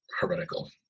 heretical